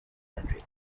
country